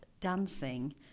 dancing